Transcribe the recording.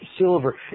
silver